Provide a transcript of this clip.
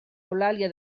eulàlia